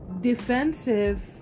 defensive